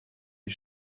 die